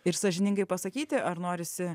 ir sąžiningai pasakyti ar norisi